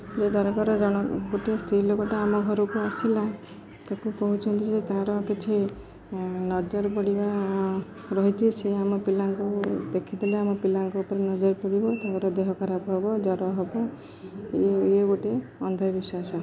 ଯେ ଦରକାର ଜଣ ଗୋଟେ ସ୍ତ୍ରୀ ଲୋକଟା ଆମ ଘରକୁ ଆସିଲା ତାକୁ କହୁଛନ୍ତି ଯେ ତାର କିଛି ନଜର ପଡ଼ିବା ରହିଛି ସେ ଆମ ପିଲାଙ୍କୁ ଦେଖିଦେଲେ ଆମ ପିଲାଙ୍କ ଉପରେ ନଜର ପଡ଼ିବ ତାଙ୍କର ଦେହ ଖରାପ ହବ ଜ୍ୱର ହବ ଇ ଇଏ ଗୋଟଏ ଅନ୍ଧବିଶ୍ୱାସ